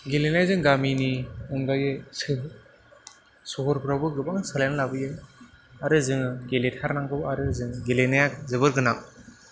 गेलेनायजों गामिनि अनगायै सोर सहरफ्रावबो गोबां सोलायनाय लाबोयो आरो जोङो गेलेथारनांगौ आरो जों गेलेनाया जोबोर गोनां